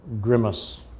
grimace